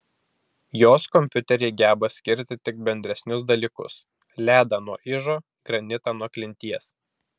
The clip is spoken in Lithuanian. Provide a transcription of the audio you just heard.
jos kompiuteriai geba skirti tik bendresnius dalykus ledą nuo ižo granitą nuo klinties